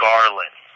Garland